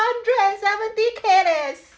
hundred and seventy K leh